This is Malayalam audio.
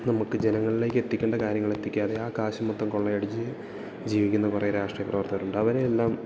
നമുക്ക് ജനങ്ങളിലേക്ക് എത്തിക്കേണ്ട കാര്യങ്ങൾ എത്തിക്കാതെ ആ കാശ് മൊത്തം കൊള്ളയടിച്ച് ജീവിക്കുന്ന കുറെ രാഷ്ട്രീയ പ്രവർത്തകർ ഉണ്ട് അവരെ എല്ലാം